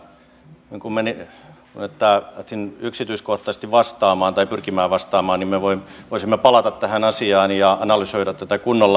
sanoisin niin että jos pyritään yksityiskohtaisesti vastaamaan niin voisimme palata tähän asiaan ja analysoida tätä kunnolla